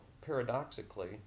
paradoxically